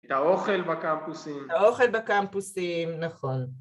‫את האוכל בקמפוסים. ‫-את האוכל בקמפוסים, נכון.